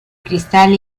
cristal